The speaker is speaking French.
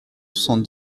soixante